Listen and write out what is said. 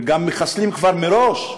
וגם מחסלים כבר מראש,